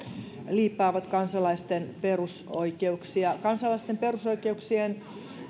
liippaavat kansalaisten perusoikeuksia kansalaisten perusoikeuksien